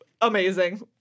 amazing